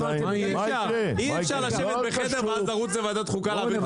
אי אפשר לשבת בחדר ואז לרוץ לוועדת החוקה.